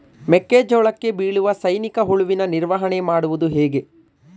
ಮೆಕ್ಕೆ ಜೋಳಕ್ಕೆ ಬೀಳುವ ಸೈನಿಕ ಹುಳುವಿನ ನಿರ್ವಹಣೆ ಮಾಡುವುದು ಹೇಗೆ?